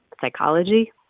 psychology